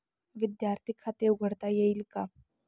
विद्यार्थी खाते उघडता येईल का?